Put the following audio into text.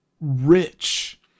rich